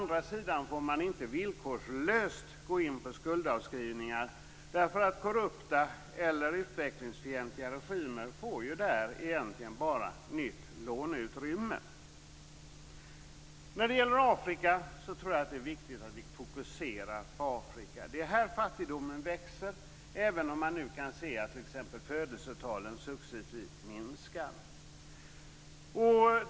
Däremot får man inte villkorslöst gå in för skuldavskrivningar, därför att korrupta eller utvecklingsfientliga regimer därigenom egentligen bara får nytt låneutrymme. Jag tror att det är viktigt att vi fokuserar på Afrika. Det är här fattigdomen växer, även om man nu kan se att t.ex. födelsetalen successivt minskar.